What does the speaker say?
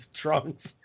trunks